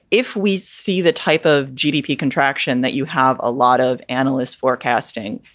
if we see the type of gdp contraction that you have, a lot of analysts forecasting,